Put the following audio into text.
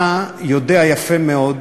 אתה יודע יפה מאוד